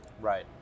Right